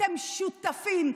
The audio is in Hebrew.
אתם שותפים,